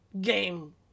game